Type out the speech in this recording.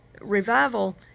revival